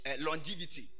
longevity